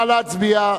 נא להצביע.